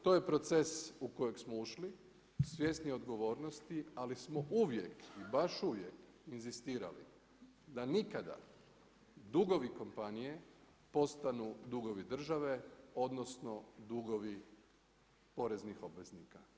To je proces u kojeg smo ušli, svjesni odgovornosti, ali smo uvijek i baš uvijek inzistirali da nikada dugovi kompanije postanu dugovi države, odnosno, dugovi poreznih obveznika.